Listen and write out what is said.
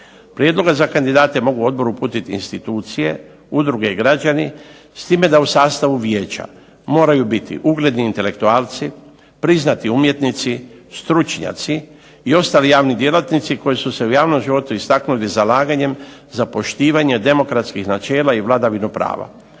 Prijedloge za kandidate mogu odboru uputiti institucije, udruge građani, s time da u sastavu vijeća moraju biti ugledni intelektualci, priznati umjetnici, stručnjaci, i ostali javni djelatnici koji su se u javnom životu istaknuli zalaganjem za poštivanje demokratskih načela i vladavinu prava,